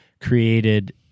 created